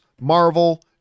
Marvel